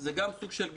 זה גם סוג של גזענות,